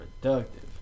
productive